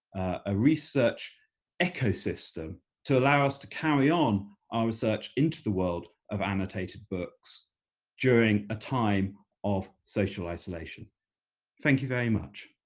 a research ecosystem to allow us to carry on our research into the world of annotated books during a time of social isolation thank you very much